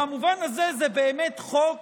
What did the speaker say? במובן הזה זה באמת חוק